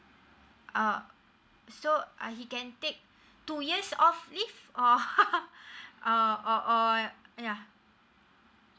uh so uh he can take two years off leave or err or or yeah